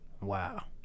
Wow